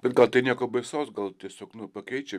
bet gal tai nieko baisaus gal tiesiog nu pakeičia